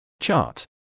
Chart